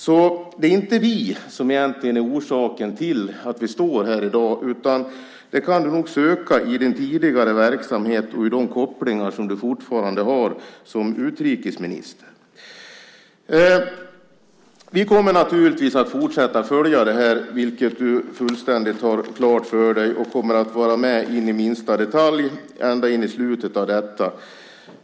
Det är alltså inte vi som egentligen är orsaken till att vi står här i dag, utan den kan du nog söka i din tidigare verksamhet och i de kopplingar som du fortfarande har som utrikesminister. Vi kommer naturligtvis att fortsätta följa det här, vilket du har fullständigt klart för dig, och vi kommer att vara med in i minsta detalj ända till slutet av detta.